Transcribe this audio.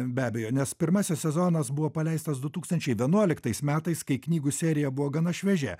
be abejo nes pirmasis sezonas buvo paleistas du tūkstančiai vienuoliktais metais kai knygų serija buvo gana šviežia